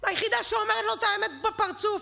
היחידה שאומרת לו את האמת בפרצוף,